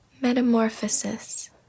Metamorphosis